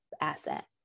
asset